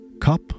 cup